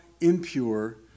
impure